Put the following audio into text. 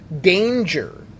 danger